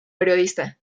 periodista